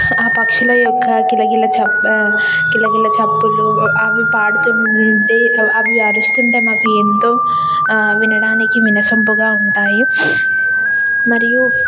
ఆ పక్షుల యొక్క కిలకిల చప్ కిలకిల చప్పుడ్లు అవి పాడుతుంటే అవి అరుస్తుంటే మాకు ఎంతో వినడానికి వినసొంపుగా ఉంటాయి మరియు